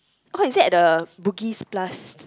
oh is it at the Bugis-Plus